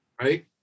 right